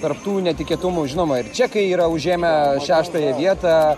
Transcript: tarp tų netikėtumų žinoma ir čekai yra užėmę šeštąją vietą